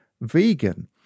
vegan